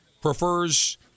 prefers